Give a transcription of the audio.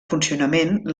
funcionament